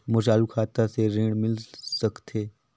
मोर चालू खाता से ऋण मिल सकथे?